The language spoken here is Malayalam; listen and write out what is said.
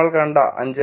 നമ്മൾ കണ്ട 5